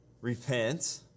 repent